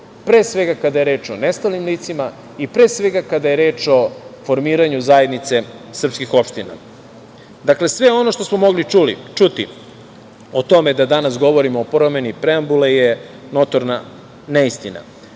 pre svega kada je reč o nestalim licima, i pre svega kada je reč o formiranju zajednice srpskih opština. Dakle, sve ono što smo mogli čuti, o tome da danas govorimo o promeni preambule je notorna neistina,